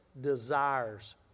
desires